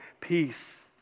peace